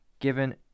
given